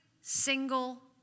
single